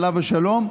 עליו השלום,